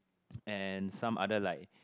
and some other like